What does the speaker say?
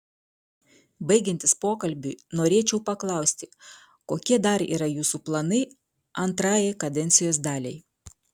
baigiantis pokalbiui norėčiau paklausti kokie dar yra jūsų planai antrajai kadencijos daliai